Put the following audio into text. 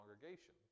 congregation